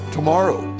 Tomorrow